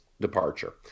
departure